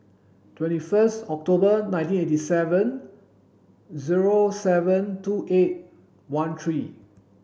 twenty first October nineteen eighty seven zero seven two eight one three